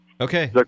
Okay